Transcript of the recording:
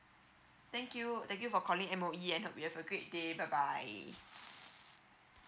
thank you thank you for calling M_O_E and hope you have a great day bye bye